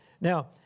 Now